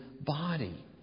body